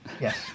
Yes